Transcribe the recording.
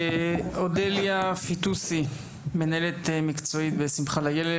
אודליה פיטוסי מנהלת מקצועית בשמחה לילד